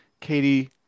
Katie